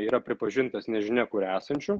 yra pripažintas nežinia kur esančiu